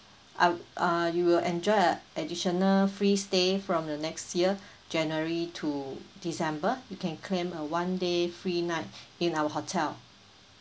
a~ uh you will enjoy a additional free stay from the next year january to december you can claim a one day free night in our hotel